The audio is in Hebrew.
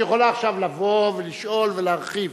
את יכולה עכשיו לבוא ולשאול ולהרחיב.